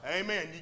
Amen